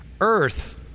Earth